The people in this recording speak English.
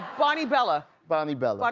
bonnie bella. bonnie bella.